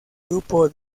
grupo